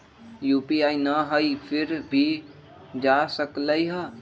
UPI न हई फिर भी जा सकलई ह?